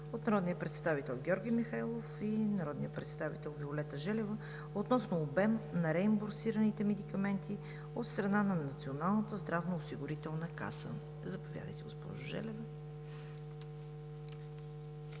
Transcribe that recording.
от народния представител Георги Михайлов и народния представител Виолета Желева относно обема на реимбурсираните медикаменти от страна на Националната здравноосигурителна каса. Заповядайте, госпожо Желева.